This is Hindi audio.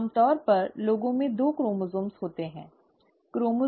आमतौर पर लोगों में दो गुणसूत्र होते हैं है ना